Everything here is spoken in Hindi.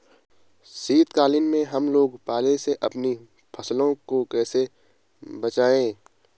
शीतकालीन में हम लोग पाले से अपनी फसलों को कैसे बचाएं?